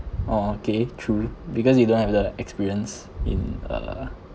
oh okay true because you don't have the experience in uh